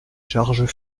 charges